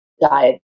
diet